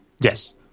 Yes